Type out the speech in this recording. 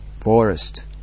forest